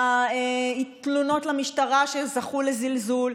התלונות למשטרה שזכו לזלזול,